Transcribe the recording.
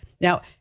Now